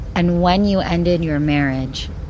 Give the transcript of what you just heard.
and when you ended your marriage,